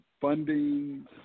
funding